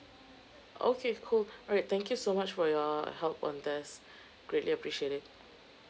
okay cool alright thank you so much for your help on this greatly appreciate it